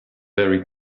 very